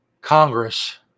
Congress